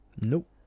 nope